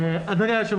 אדוני,